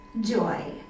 Joy